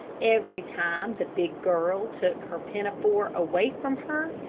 every time the big girl took her pinafore away from her,